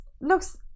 looks